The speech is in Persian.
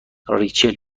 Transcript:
ریچل